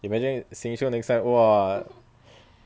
imagine sheng siong next time !wah!